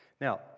Now